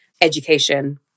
education